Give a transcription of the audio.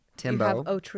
Timbo